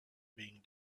being